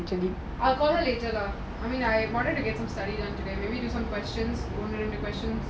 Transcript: I'll call her later lah I mean I wanted to get some study done today maybe do some questions ஒன்னு ரெண்டு:onu rendu questions